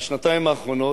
בשנתיים האחרונות,